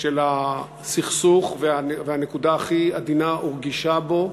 של הסכסוך והנקודה הכי עדינה ורגישה בו,